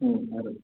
हुँ धरो